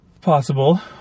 Possible